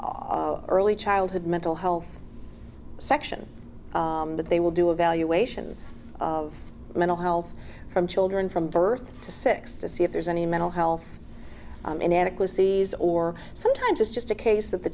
have early childhood mental health section but they will do evaluations of mental health from children from birth to six to see if there's any mental health inadequacies or sometimes just a case that the